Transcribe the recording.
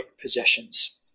possessions